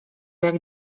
jak